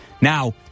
Now